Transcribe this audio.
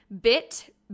bit